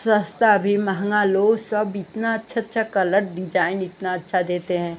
सस्ता भी महँगा लो सब इतना अच्छा अच्छा कलर डिजाइन इतना अच्छा देते हैं